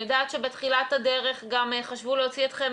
אני יודעת שבתחילת הדרך חשבו להוציא אתכם